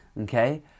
Okay